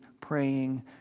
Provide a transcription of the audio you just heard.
praying